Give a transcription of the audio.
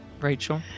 Rachel